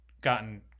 gotten